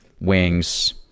wings